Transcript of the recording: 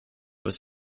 was